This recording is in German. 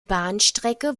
bahnstrecke